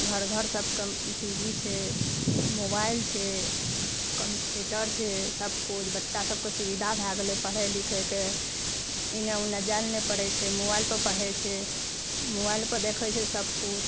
घर घर सबके टी वी छै मोबाइल छै कम्प्यूटर छै सबकिछु बच्चा सबके सुविधा भए गेलै पढ़य लिखयके इने उन्ने जाय लए नहि पड़य छै मोबाइल पर पढ़ै छै मोबाइल पर देखय छै सब कुछ